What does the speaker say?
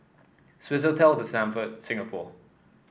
Swissotel The Stamford Singapore